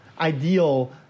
ideal